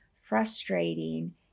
frustrating